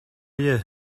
you